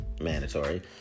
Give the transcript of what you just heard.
mandatory